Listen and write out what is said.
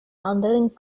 anderen